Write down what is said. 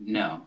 no